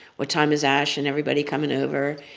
what time is ash and everybody coming over?